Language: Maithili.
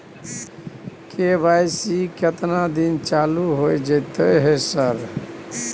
के.वाई.सी केतना दिन चालू होय जेतै है सर?